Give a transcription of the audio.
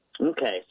Okay